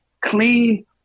clean